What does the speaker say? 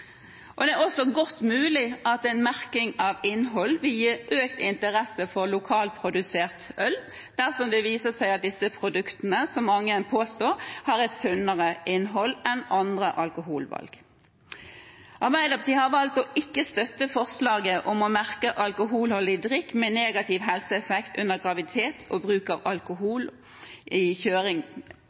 Det er også godt mulig at en merking av innhold vil gi økt interesse for lokalprodusert øl dersom det viser seg at disse produktene, som mange påstår, har et sunnere innhold enn andre alkoholvalg. Arbeiderpartiet har valgt ikke å støtte forslaget om å merke alkoholholdig drikk med negativ helseeffekt under graviditet og bruk av alkohol under kjøring